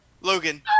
Logan